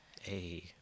Hey